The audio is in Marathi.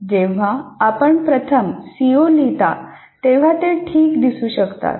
जेव्हा आपण प्रथम सीओ लिहिता तेव्हा ते ठीक दिसू शकतात